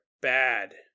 Bad